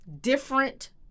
different